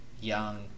young